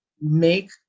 make